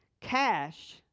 Cash